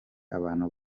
abantu